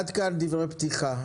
עד כאן דברי פתיחה.